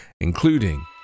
including